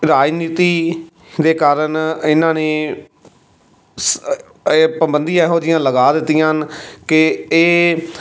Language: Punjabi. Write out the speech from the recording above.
ਰਾਜਨੀਤੀ ਦੇ ਕਾਰਣ ਇਹਨਾਂ ਨੇ ਸ ਇਹ ਪਾਬੰਦੀ ਇਹੋ ਜਿਹੀਆਂ ਲਗਾ ਦਿੱਤੀਆਂ ਹਨ ਕਿ ਇਹ